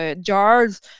jars